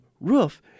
roof